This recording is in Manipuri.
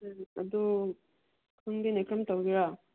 ꯑꯗꯨ ꯈꯪꯗꯦꯅꯦ ꯀꯔꯝ ꯇꯧꯒꯦꯔꯥ